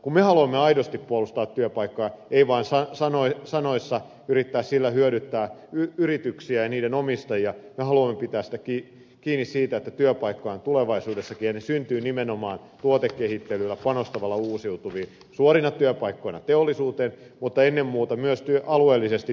kun me haluamme aidosti puolustaa työpaikkoja ei vain sanoissa yrittää sillä hyödyttää yrityksiä ja niiden omistajia me haluamme pitää kiinni siitä että työpaikkoja on tulevaisuudessakin ja ne syntyvät nimenomaan tuotekehittelyllä panostamalla uusiutuviin suorina työpaikkoina teollisuuteen mutta ennen muuta myös alueellisesti työllistävinä energiaratkaisuina